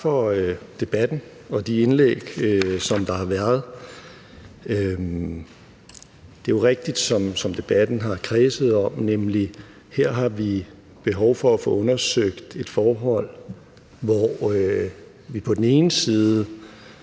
Tak for debatten og de indlæg, der har været. Det er jo rigtigt, som debatten har kredset om, nemlig at her har vi behov for at få undersøgt et forhold, hvor vi på den ene side